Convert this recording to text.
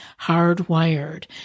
hardwired